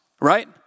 right